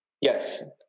Yes